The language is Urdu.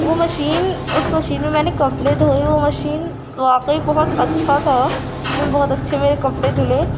وہ مشین اس مشین میں نے کپڑے دھوئے وہ مشین واقعی بہت اچھا تھا اس میں بہت اچھے میرے کپڑے دھلے